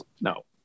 No